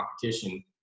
competition